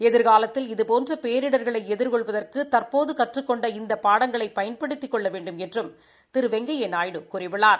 எதிர்காலத்தில் இதுபோன்ற பேரிடர்களை எதிர்கொள்வதற்கு தற்போது கற்றுக்கொண்ட இந்த பாடங்களை பயன்படுததிக் கொள்ள வேண்டுமென்றும் திரு வெங்கையா நாயுடு கூறியுள்ளார்